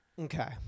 Okay